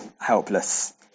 helpless